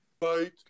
fight